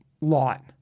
lot